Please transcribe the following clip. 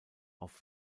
auf